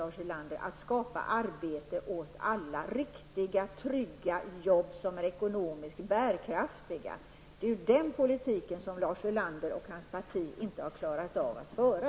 Det gäller ju att skapa arbete åt alla, och då skall det vara riktiga och trygga jobb som är ekonomiskt bärkraftiga. Det är en sådan politik som Lars Ulander och hans parti inte har klarat av att föra.